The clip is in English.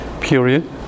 period